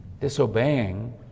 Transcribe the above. disobeying